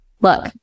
look